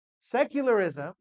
Secularism